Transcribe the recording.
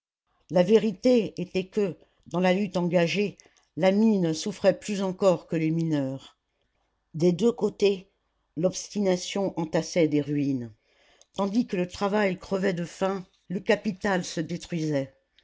la vérité était que dans la lutte engagée la mine souffrait plus encore que les mineurs des deux côtés l'obstination entassait des ruines tandis que le travail crevait de faim le capital se détruisait